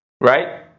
right